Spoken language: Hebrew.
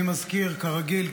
אני מזכיר כרגיל,